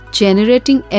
generating